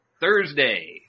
Thursday